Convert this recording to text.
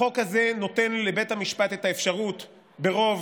החוק הזה נותן לבית המשפט את האפשרות ברוב